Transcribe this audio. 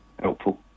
helpful